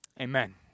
amen